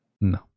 No